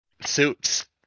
suits